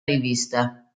rivista